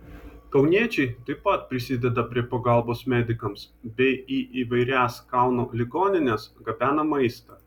kauniečiai taip pat prisideda prie pagalbos medikams bei į įvairias kauno ligonines gabena maistą